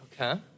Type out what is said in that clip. Okay